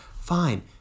fine